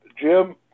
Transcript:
Jim